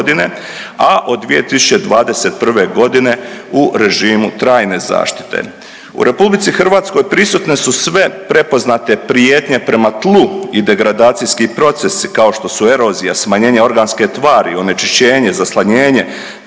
a od 2021. godine u režimu trajne zaštite. U Republici Hrvatskoj prisutne su sve prepoznate prijetnje prema tlu i degradacijski procesi kao što su erozija, smanjenje organske tvari, onečišćenje, zaslanjenje,